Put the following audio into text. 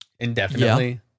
indefinitely